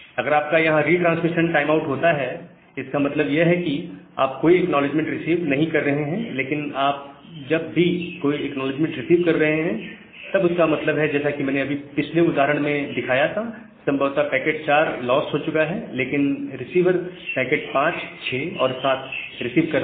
अगर आपका यहां रिट्रांसमिशन टाइमआउट होता है इसका मतलब यह है कि आप कोई एक्नॉलेजमेंट रिसीव नहीं कर रहे हैं लेकिन आप जब भी कोई एक्नॉलेजमेंट रिसीव कर रहे हैं तब उसका मतलब है जैसा कि मैंने अभी पिछले उदाहरण में दिखाया था संभवत पैकेट 4 लॉस्ट हो चुका है लेकिन रिसीवर पैकेट 56 और 7 रिसीव कर रहा है